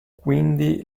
quindi